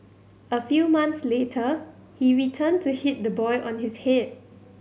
a few mounts later he returned to hit the boy on his head